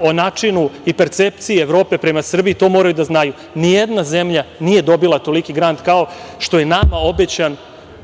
o načinu i percepciji Evrope prema Srbiji to moraju da znaju. Ni jedna zemlja nije dobila toliki grant kao što je nama obećan